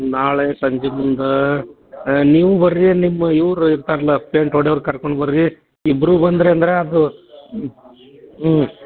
ನಾಳೆ ಸಂಜೆ ಮುಂದೆ ನೀವು ಬನ್ರಿ ನಿಮ್ಮ ಇವರು ಇರ್ತಾರಲ್ಲ ಪೇಂಟ್ ಹೊಡಿಯವ್ರು ಕರ್ಕೊಂಡು ಬನ್ರಿ ಇಬ್ಬರೂ ಬಂದಿರಿ ಅಂದ್ರೆ ಅದು ಹ್ಞೂ ಹ್ಞೂ